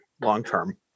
long-term